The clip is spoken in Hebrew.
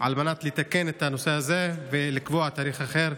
על מנת לתקן את הנושא הזה ולקבוע תאריך אחר,